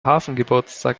hafengeburtstag